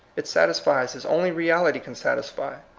it satisfies as only reality can satisfy.